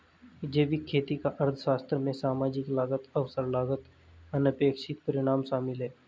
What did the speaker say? जैविक खेती का अर्थशास्त्र में सामाजिक लागत अवसर लागत अनपेक्षित परिणाम शामिल है